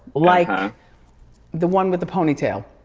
like um the one with the ponytail.